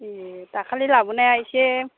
एह दाखालि लाबोनाया इसे